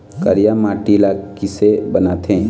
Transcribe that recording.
करिया माटी ला किसे बनाथे?